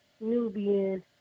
Nubian